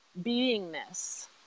beingness